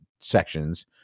sections